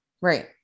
right